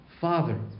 father